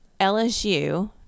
LSU